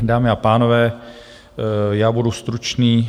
Dámy a pánové, budu stručný.